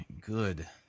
Good